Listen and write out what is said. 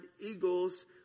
eagle's